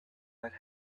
might